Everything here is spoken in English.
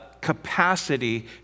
capacity